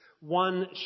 one